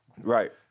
Right